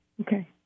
Okay